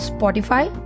Spotify